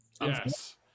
Yes